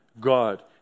God